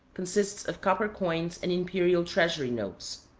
consists of copper coins and imperial treasury notes.